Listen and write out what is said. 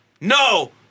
no